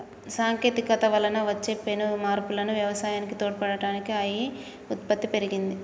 సాంకేతికత వలన వచ్చే పెను మార్పులు వ్యవసాయానికి తోడ్పాటు అయి ఉత్పత్తి పెరిగింది